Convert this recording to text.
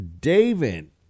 David